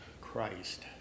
Christ